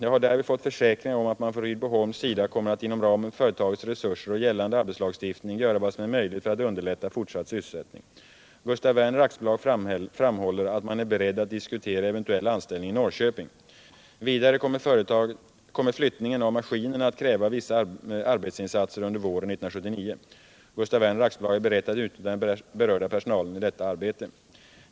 Jag har därvid fått försäkringar om att man från Rydboholms sida kommer att inom ramen för företagets resurser och gällande arbetslagstiftning göra vad som är möjligt för att underlätta fortsatt sysselsättning. Gustaf Werner AB framhåller att man är beredd att diskutera eventuell anställning i Norrköping. Vidare kommer flyttningen av maskinerna att kräva vissa arbetsinsatser under våren 1979. Gustaf Werner AB är berett att utnyttja den berörda personalen i detta arbete.